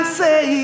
say